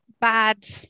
bad